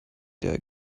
der